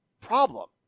problem